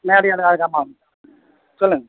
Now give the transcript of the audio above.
மேடை அல அலங்காரம் ஆமாம் சொல்லுங்கள்